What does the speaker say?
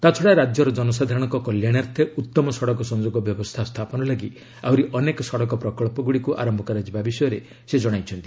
ତା'ଛଡ଼ା ରାଜ୍ୟର ଜନସାଧାରଣଙ୍କ କଲ୍ୟାଣାର୍ଥେ ଉତ୍ତମ ସଡ଼କ ସଂଯୋଗ ବ୍ୟବସ୍ଥା ସ୍ଥାପନ ଲାଗି ଆହୁରି ଅନେକ ସଡ଼କ ପ୍ରକଳ୍ପଗୁଡ଼ିକୁ ଆରମ୍ଭ କରିବା ବିଷୟରେ ସେ ଜଣାଇଛନ୍ତି